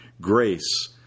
grace